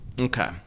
Okay